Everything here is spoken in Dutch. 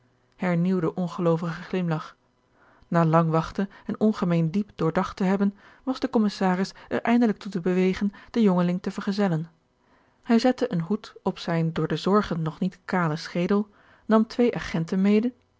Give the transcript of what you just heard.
hernieuwde ongeloovige glimlach na lang wachten en ongemeen diep doordacht te hebben was de commissaris er eindelijk toe te bewegen den jongeling te vergezellen hij zette een hoed op zijn door de zorgen nog niet kalen schedel nam twee agenten mede